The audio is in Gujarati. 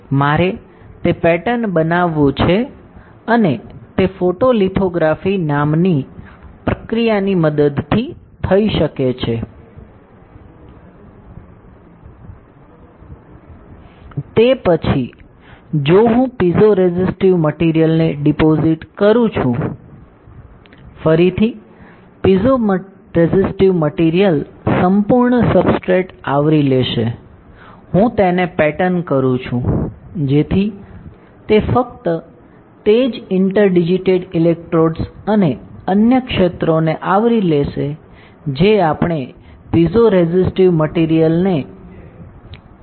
મારે તે પેટર્ન બનાવવું છે અને તે ફોટોલિથોગ્રાફી નામની પ્રક્રિયાની મદદથી થઈ શકે છે